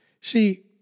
See